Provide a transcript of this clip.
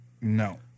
No